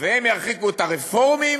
והם ירחיקו את הרפורמים,